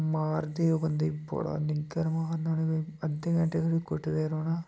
मारदे ओह् बन्दे गी बड़ा निग्गर मारना अद्धें घैंटे धोड़ी कुट्टदे रौह्ना